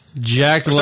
Jack